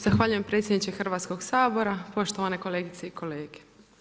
Zahvaljujem predsjedniče Hrvatskog sabora, poštovane kolegice i kolege.